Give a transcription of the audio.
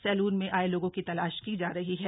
salon में आए लोगों की तलाश की जा रही है